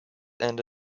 and